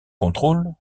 contrôle